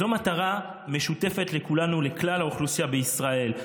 זו מטרה משותפת לכולנו, לכלל האוכלוסייה בישראל.